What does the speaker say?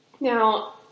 Now